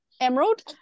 Emerald